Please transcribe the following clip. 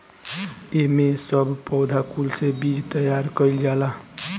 एमे सब पौधा कुल से बीज तैयार कइल जाला